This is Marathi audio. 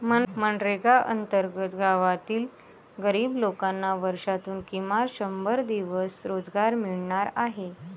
मनरेगा अंतर्गत गावातील गरीब लोकांना वर्षातून किमान शंभर दिवस रोजगार मिळणार आहे